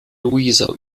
luisa